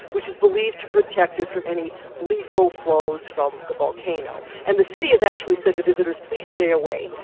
which is believed to protect it from any lethal flows from the volcano. and the city has actually said to visitors, please stay away.